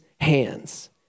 hands